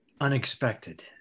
unexpected